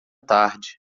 tarde